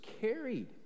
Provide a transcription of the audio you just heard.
carried